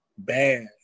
bad